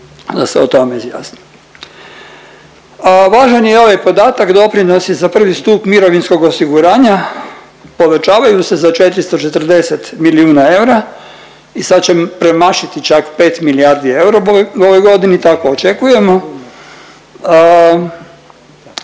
da se o tome izjasni. Važan je i ovaj podatak doprinosi za prvi stup mirovinskog osiguranja povećavaju se za 440 milijuna eura i sad će premašiti čak 5 milijardi eura u ovoj godini tako očekujemo.